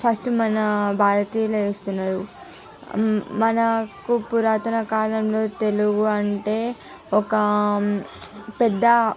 first మన భారతీయులే చేస్తున్నారు మనకు పురాతన కాలంలో తెలుగు అంటే ఒక పెద్ద